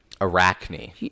Arachne